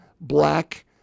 black